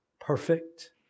perfect